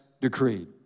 decreed